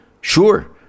sure